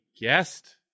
guest